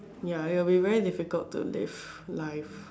ya it will be very difficult to live life